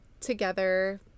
together